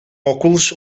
óculos